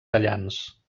tallants